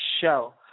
show